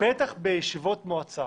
בטח זה יכול להיות בישיבות מועצה